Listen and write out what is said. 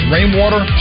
Rainwater